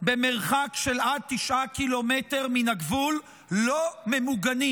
במרחק של עד 9 ק"מ מהגבול לא ממוגנים?